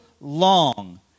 long